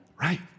Right